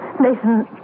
Nathan